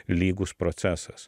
lygus procesas